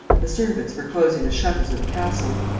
the servants were closing the shutters of the castle.